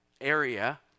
area